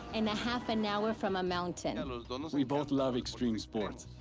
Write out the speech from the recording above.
and a half an hour from a mountain. and we both love extreme sports.